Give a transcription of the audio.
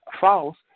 false